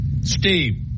Steve